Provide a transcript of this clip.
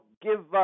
give